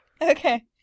Okay